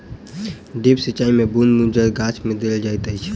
drip सिचाई मे बूँद बूँद जल गाछ मे देल जाइत अछि